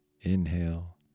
Inhale